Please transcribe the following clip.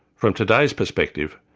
from today's perspective,